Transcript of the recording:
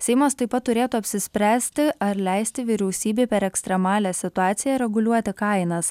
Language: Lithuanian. seimas taip pat turėtų apsispręsti ar leisti vyriausybei per ekstremalią situaciją reguliuoti kainas